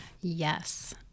Yes